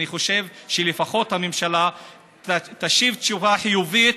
אני חושב שלפחות הממשלה תשיב תשובה חיובית,